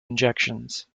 injections